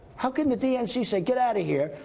how can the dnc say get out of here.